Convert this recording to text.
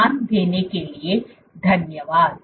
ध्यान देने के लिए धन्यवाद